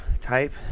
type